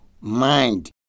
mind